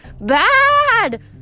BAD